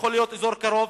יכול להיות אזור קרוב,